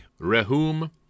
Rehum